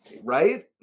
Right